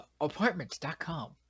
Apartments.com